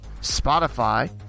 Spotify